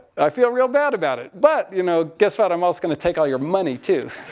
i feel real bad about it, but, you know, guess what? i'm also going to take all your money too.